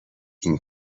این